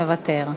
מוותר.